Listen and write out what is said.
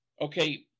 okay